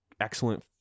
Excellent